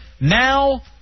Now